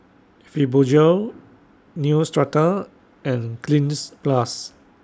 Fibogel Neostrata and Cleanz Plus